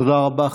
תודה רבה.